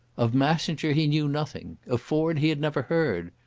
of massenger he knew nothing. of ford he had never heard.